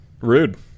Rude